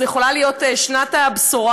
זאת יכולה להיות שנת הבשורה,